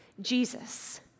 Jesus